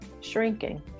shrinking